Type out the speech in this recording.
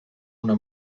una